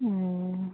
ᱦᱩᱸ